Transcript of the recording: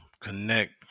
connect